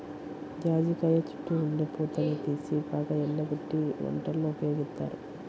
జాజికాయ చుట్టూ ఉండే పూతని తీసి బాగా ఎండబెట్టి వంటల్లో ఉపయోగిత్తారు